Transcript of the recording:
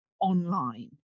online